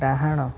ଡ଼ାହାଣ